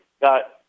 got